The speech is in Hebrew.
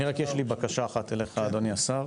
יש לי רק בקשה אחת אליך, אדוני השר,